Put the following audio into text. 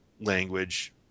language